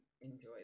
enjoy